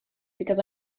because